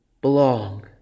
belong